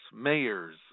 mayors